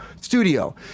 studio